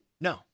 No